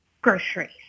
groceries